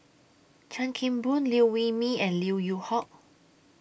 Chan Kim Boon Liew Wee Mee and Lim Yew Hock